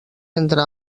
entre